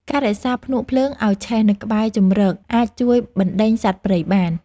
ការរក្សាភ្នួកភ្លើងឱ្យឆេះនៅក្បែរជម្រកអាចជួយបណ្ដេញសត្វព្រៃបាន។